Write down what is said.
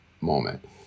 moment